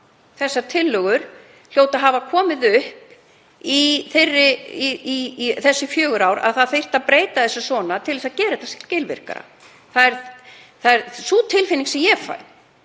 Þessar tillögur hljóta að hafa komið upp í gegnum þessi fjögur ár, að það þyrfti að breyta þessu svona til þess að gera þetta skilvirkara. Það er sú tilfinning sem ég fæ,